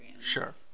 Sure